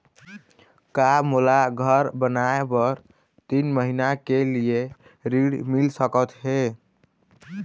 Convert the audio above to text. का मोला घर बनाए बर तीन महीना के लिए ऋण मिल सकत हे?